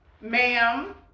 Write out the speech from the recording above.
ma'am